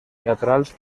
teatrals